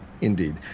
Indeed